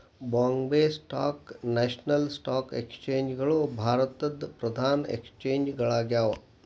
Bombay stock national stock exchange ಗಳು ಭಾರತದ್ ಪ್ರಧಾನ ಎಕ್ಸ್ಚೇಂಜ್ ಗಳಾಗ್ಯಾವ